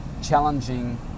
challenging